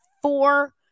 Four